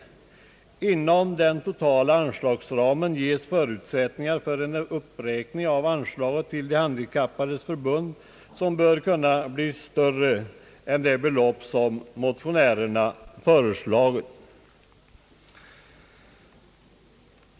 Inom den totala anslagsramen ges förutsättningar för en uppräkning av anslaget till De handikappades riksförbund, som bör kunna bli större än det belopp som motionärerna föreslagit.